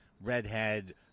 Redhead